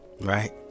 Right